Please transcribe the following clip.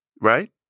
right